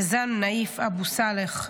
יזן נאיף אבו סאלח,